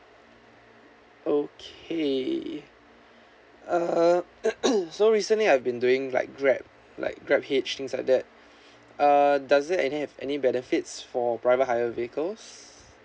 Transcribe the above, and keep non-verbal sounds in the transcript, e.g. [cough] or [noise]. okay uh [coughs] so recently I've been doing like grab like grab hitch things like that uh doesn't any have any benefits for private hire vehicle